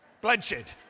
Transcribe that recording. bloodshed